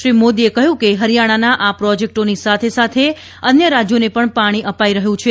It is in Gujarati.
શ્રી મોદીએ કહ્યું કે હરિયાણાના આ પ્રોજેક્ટોની સાથે સાથે અન્ય રાજ્યોને પણ પાણી અપાઈ રહ્યું છે